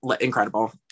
incredible